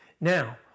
Now